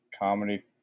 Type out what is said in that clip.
Comedy